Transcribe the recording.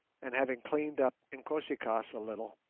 and, having cleaned up inkosi-kaas a little,